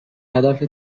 هدف